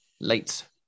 late